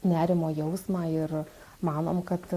nerimo jausmą ir manom kad